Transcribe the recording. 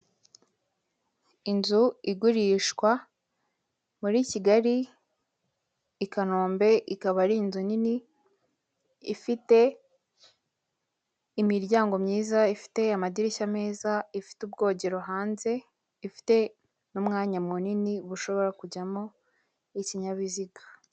Inzu igurishwa muri Kigali i Kanombe, ikaba ari inzu nini ifite imiryango myiza, ifite amadirishya meza, ifite ubwogero hanze, ifite n'umwanya ,munini ushobora kujyamo ikinyabiziga.